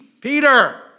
Peter